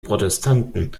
protestanten